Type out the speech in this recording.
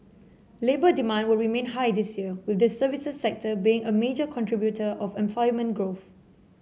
labour demand will remain high this year with the services sector being a major contributor of employment growth